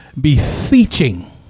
beseeching